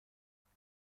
انها